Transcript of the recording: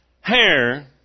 hair